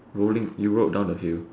rolling you rode down a hill